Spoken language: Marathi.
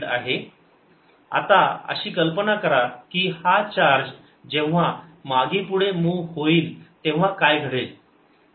Total power q24A212π0c3 आता अशी कल्पना करा की हा चार्ज जेव्हा मागेपुढे मूव्ह होईल तेव्हा काय घडेल